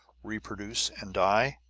reproduce, and die?